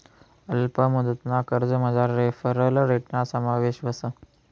अल्प मुदतना कर्जमझार रेफरल रेटना समावेश व्हस